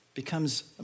becomes